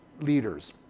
leaders